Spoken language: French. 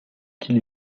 qu’il